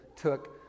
took